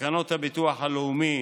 ותקנות הביטוח הלאומי